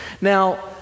Now